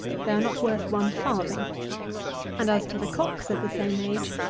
they are not worth one farthing and as to the cocks of the same age,